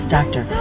Doctor